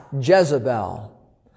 Jezebel